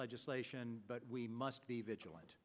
legislation but we must be vigilant